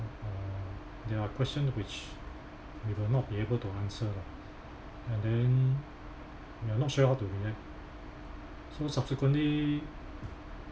uh there are question which we were be not be able to answer lah and then we're not sure how to react so subsequently